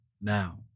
now